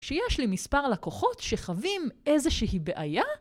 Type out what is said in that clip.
שיש למספר לקוחות שחווים איזושהי בעיה?